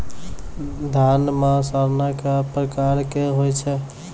धान म सड़ना कै प्रकार के होय छै?